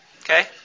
Okay